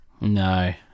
No